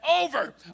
over